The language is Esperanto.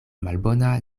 malbona